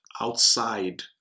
outside